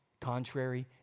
Contrary